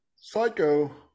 Psycho